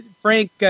Frank